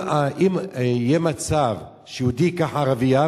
אם יהיה מצב שיהודי ייקח ערבייה,